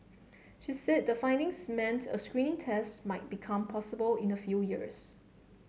she said the findings meant a screening test might become possible in a few years